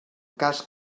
cas